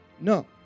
No